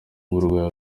uburwayi